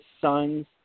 sons